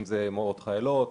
מורות חיילות,